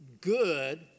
good